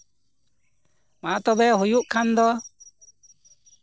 ᱢᱟ ᱛᱚᱵᱮ ᱦᱩᱭᱩᱜ ᱠᱷᱟᱱ ᱫᱚ